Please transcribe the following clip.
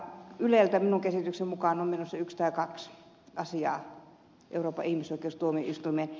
yleltä minun käsitykseni mukaan on menossa yksi tai kaksi asiaa euroopan ihmisoikeustuomioistuimeen